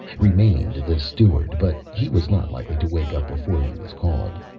remained the steward, but he was not likely to wake up before he was called.